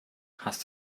hast